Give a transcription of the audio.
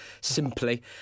simply